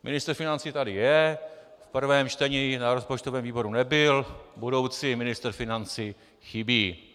Ministr financí tady je, v prvém čtení na rozpočtovém výboru nebyl, budoucí ministr financí chybí.